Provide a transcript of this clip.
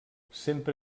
sempre